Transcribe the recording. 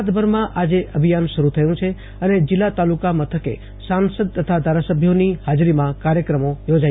ગુજરાતભરમાં આજે અભિયાન શરૂ થયું છે અને જિલ્લા તાલુકા મથકે સાંસદ તથા ધારાસભ્યોએ ની હાજરીમાં કાર્યક્રમ યોજાઇ રહ્યા છે